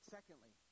Secondly